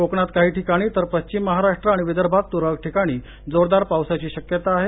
कोकणात काही ठिकाणी तर पश्चिम महाराष्ट्र आणि विदर्भात तुरळक ठिकाणी जोरदार पावसाची शक्यता आहे